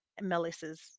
Melissa's